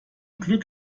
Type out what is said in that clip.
glück